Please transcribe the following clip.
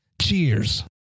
Cheers